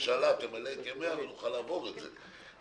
שהממשלה תמלא את ימיה, ונוכל לעבור את זה.